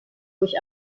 durch